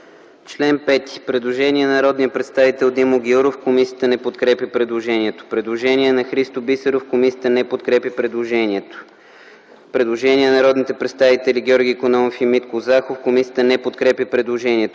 чл. 5 има предложение от народния представител Димо Гяуров. Комисията не подкрепя предложението. Има предложение на Христо Бисеров. Комисията не подкрепя предложението. Има предложение на народните представители Георги Икономов и Митко Захов. Комисията не подкрепя предложението.